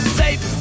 safe